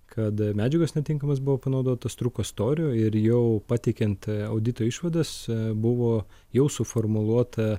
kad medžiagos netinkamos buvo panaudotos trūko storio ir jau pateikiant audito išvadose buvo jau suformuluota